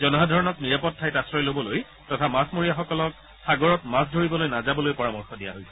জনসাধাৰণক নিৰাপদ ঠাইত আশ্ৰয় ল'বলৈ তথা মাছমৰীয়াসকলক সাগৰত মাছ ধৰিবলৈ নাযাবলৈ পৰামৰ্শ দিয়া হৈছে